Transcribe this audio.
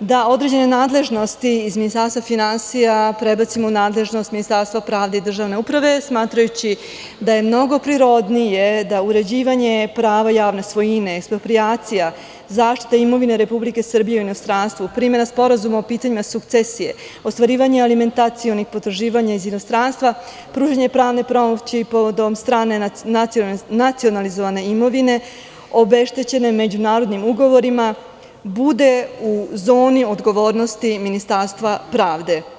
da određene nadležnosti iz Ministarstva finansija prebacimo u nadležnost Ministarstva pravde i državne uprave, smatrajući da je mnogo prirodnije da uređivanje prava javne svojine, eksproprijacija, zaštita imovine Republike Srbije u inostranstvu, primena sporazuma o pitanjima sukcesije, ostvarivanje alimentacionih potraživanja iz inostranstva, pružanje pravne pomoći povodom nacionalizovane imovine obeštećene međunarodnim ugovorima, bude u zoni odgovornosti Ministarstva pravde.